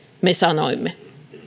me sanoimme